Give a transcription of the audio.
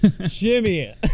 Jimmy